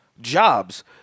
jobs